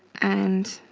and